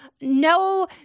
no